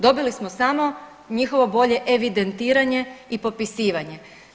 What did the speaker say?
Dobili smo samo njihovo bolje evidentiranje i popisivanje.